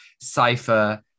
cipher